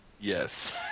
Yes